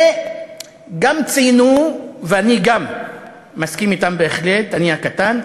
וגם ציינו, אני גם מסכים אתם בהחלט, אני הקטן,